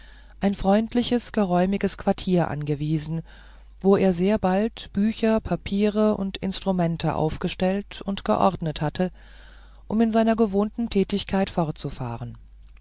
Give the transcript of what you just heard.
ein freundliches geräumiges quartier angewiesen wo er sehr bald bücher papiere und instrumente aufgestellt und geordnet hatte um in seiner gewohnten tätigkeit fortzufahren